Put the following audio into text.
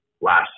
last